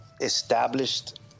established